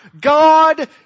God